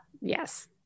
Yes